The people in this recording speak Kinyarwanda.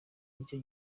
nicyo